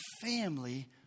family